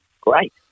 great